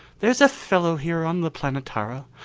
there's a fellow here on the planetara,